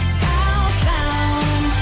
southbound